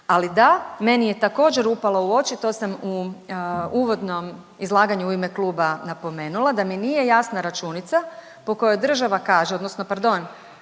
Ali da, meni je također upalo u oči, to sam u uvodnom izlaganju u ime kluba napomenula da mi nije jasna računica po kojoj država kaže, odnosno pardon